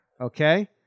Okay